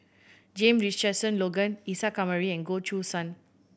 James Richardson Logan Isa Kamari and Goh Choo San